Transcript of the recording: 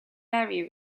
area